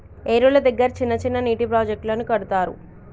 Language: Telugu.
ఏరుల దగ్గర చిన్న చిన్న నీటి ప్రాజెక్టులను కడతారు